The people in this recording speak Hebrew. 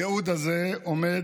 הייעוד הזה עומד